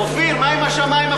אופיר, מה עם השמים הפתוחים?